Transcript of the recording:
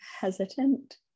hesitant